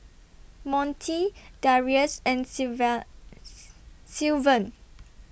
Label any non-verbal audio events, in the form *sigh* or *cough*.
Monte Darius and *unintelligible* Sylvan